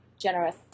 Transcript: generous